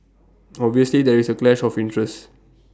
obviously there is A clash of interest